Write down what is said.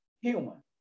human